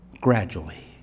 gradually